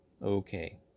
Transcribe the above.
Okay